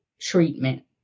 treatment